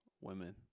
women